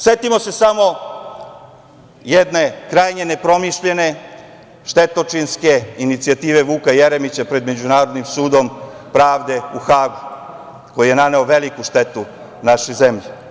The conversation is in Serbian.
Setimo se samo jedne krajnje nepromišljene štetočinske inicijative Vuka Jeremića pred Međunarodnim sudom pravde u Hagu, koji je naneo veliku štetu našoj zemlji.